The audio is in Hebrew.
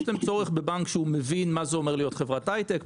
יש להם צורך בבנק שמבין מה זה אומר להיות חברת הייטק,